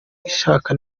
ubishaka